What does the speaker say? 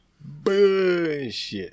bullshit